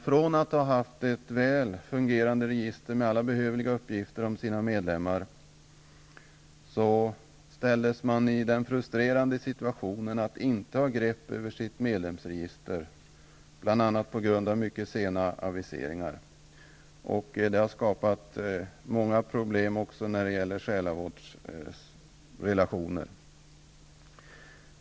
Från att ha haft ett väl fungerande register med alla behövliga uppgifter om sina medlemmar ställes man i den frustrerande situationen att inte ha grepp över sitt medlemsregister, bl.a. på grund av mycket sena aviseringar. Det har skapat många problem även när det gäller själavårdsrelationer.